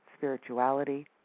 Spirituality